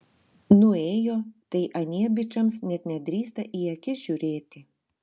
nuėjo tai anie bičams net nedrįsta į akis žiūrėti